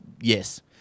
yes